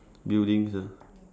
buildings ah